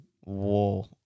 Whoa